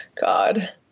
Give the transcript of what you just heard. God